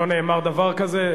לא נאמר דבר כזה.